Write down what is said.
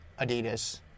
Adidas